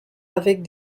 avec